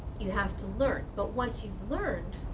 you have to learn but once you've learned,